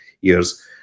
years